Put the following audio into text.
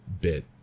bit